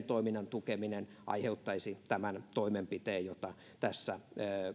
toiminnan tukeminen aiheuttaisi tämän toimenpiteen jota tässä